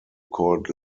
called